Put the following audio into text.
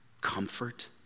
comfort